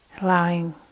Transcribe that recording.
Allowing